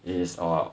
this is all ah